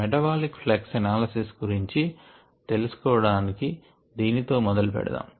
metabolic flux analysis గురించి తెలుసుకోవడానికి దీనితో మొదలు పెడదాము